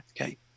Okay